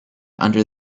under